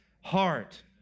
heart